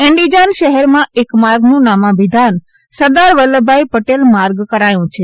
Andijan શહેરમાં એક માર્ગનું નામાભિધાન સરદાર વલ્લભભાઇ પટેલ માર્ગ કરાયુ છે